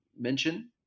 mention